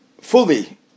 fully